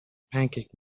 pancake